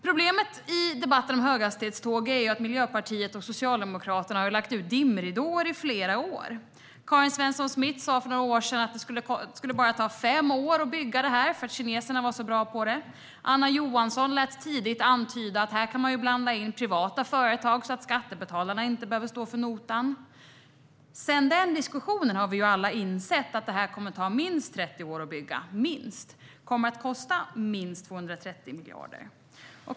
Problemet i debatten om höghastighetståg är att Miljöpartiet och Socialdemokraterna i flera år har lagt ut dimridåer. Karin Svensson Smith sa för några år sedan att det bara skulle ta fem år att bygga detta eftersom kineserna var så bra på det. Anna Johansson lät tidigt antyda att man kunde blanda in privata företag så att skattebetalarna inte behövde stå för notan. Sedan den diskussionen har vi alla insett att detta kommer att ta minst 30 år att bygga och att det kommer att kosta minst 230 miljarder.